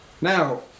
Now